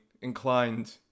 inclined